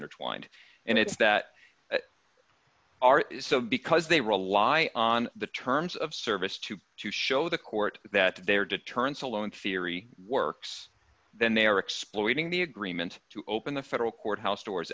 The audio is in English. intertwined and it's that are so because they rely on the terms of service to to show the court that their deterrence alone theory works then they are exploiting the agreement to open the federal courthouse